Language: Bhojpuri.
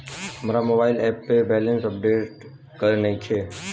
हमार मोबाइल ऐप पर बैलेंस अपडेट नइखे